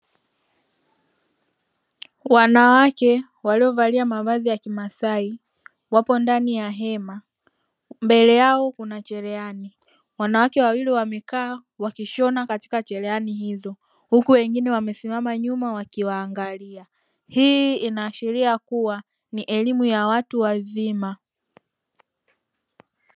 Wanawake waliovalia mavazi ya kimasai wapo ndani ya hema, mbele yao kuna cherehani. Wanawake wawili wamekaa wakishona katika cherehani hizo huku wengine wamesimama nyuma wakiwaangalia. Hii inaashiria kuwa ni elimu ya watu wazima.